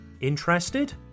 Interested